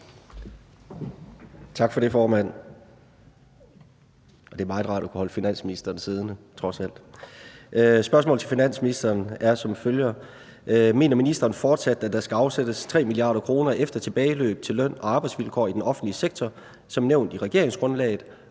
Tak for det, formand. Det er meget rart at kunne holde finansministeren siddende, trods alt. Spørgsmålet til finansministeren er som følger: Mener ministeren fortsat, at der skal afsættes 3 mia. kr. efter tilbageløb til løn og arbejdsvilkår i den offentlige sektor som nævnt i regeringsgrundlaget